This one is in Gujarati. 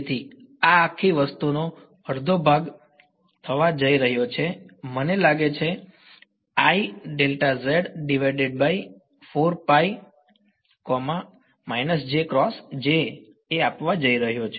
તેથી આ આખી વસ્તુનો અડધો ભાગ થવા જઈ રહ્યો છે મને આપવા જઈ રહ્યો છે